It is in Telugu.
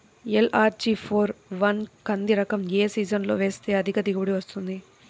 ఎల్.అర్.జి ఫోర్ వన్ కంది రకం ఏ సీజన్లో వేస్తె అధిక దిగుబడి వస్తుంది?